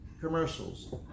commercials